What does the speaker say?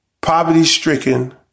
poverty-stricken